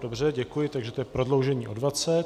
Dobře, děkuji, takže to je prodloužení o 20.